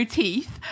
teeth